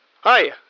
hi